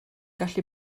gallu